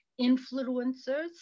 influencers